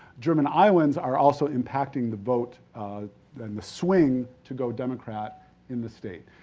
german iowans are also impacting the vote and the swing to go democrat in the state.